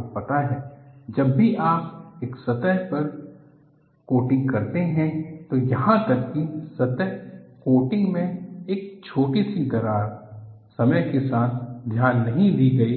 आपको पता है जब भी आप एक सतह पर कोटिंग करते है तो यहां तक कि सतह कोटिंग में एक छोटी सी दरार समय के साथ ध्यान नहीं दी गई